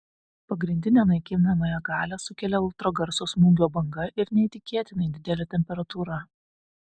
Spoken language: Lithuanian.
pagrindinę naikinamąją galią sukelia ultragarso smūgio banga ir neįtikėtinai didelė temperatūra